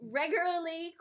regularly